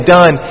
done